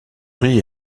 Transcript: riz